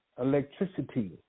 electricity